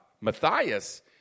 Matthias